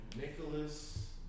Nicholas